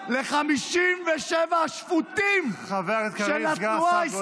לא, לא.